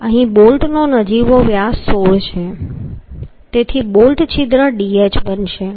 અહીં બોલ્ટનો નજીવો વ્યાસ 16 છે તેથી બોલ્ટ છિદ્ર dh બનશે